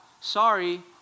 Sorry